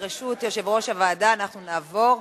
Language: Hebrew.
ברשות יושב-ראש הוועדה אנחנו נעבור,